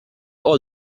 all